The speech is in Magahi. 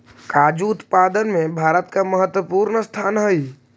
काजू उत्पादन में भारत का महत्वपूर्ण स्थान हई